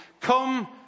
Come